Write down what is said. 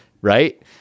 right